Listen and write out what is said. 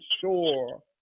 sure